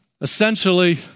essentially